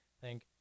thank